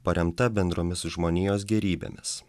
paremta bendromis žmonijos gėrybėmis